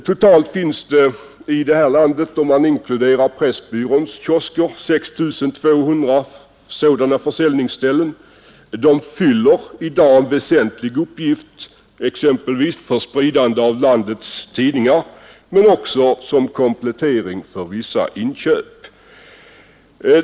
Totalt finns det i detta land, om man inkluderar Pressbyråns kiosker, 6 200 sådana försäljningsställen. De fyller i dag en väsentlig uppgift, exempelvis för spridande av landets tidningar men också som komplettering för vissa inköp.